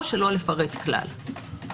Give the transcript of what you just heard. או לא לפרט כלל.